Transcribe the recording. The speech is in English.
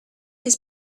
his